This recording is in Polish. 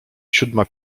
siódma